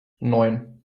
neun